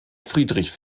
friedrich